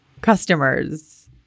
customers